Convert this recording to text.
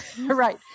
Right